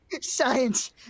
science